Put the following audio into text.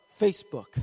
Facebook